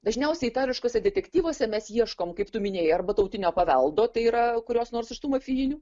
dažniausiai itališkuose detektyvuose mes ieškom kaip tu minėjai arba tautinio paveldo tai yra kurios nors iš tų mafijinių